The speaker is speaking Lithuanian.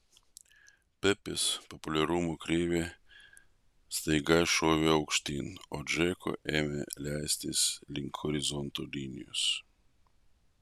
pepės populiarumo kreivė staiga šovė aukštyn o džeko ėmė leistis link horizonto linijos